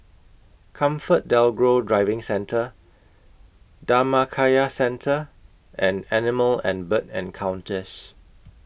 ComfortDelGro Driving Centre Dhammakaya Centre and Animal and Bird Encounters